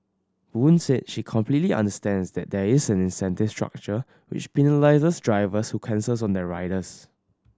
boon said she completely understands that there is an incentive structure which penalises drivers who cancel on their riders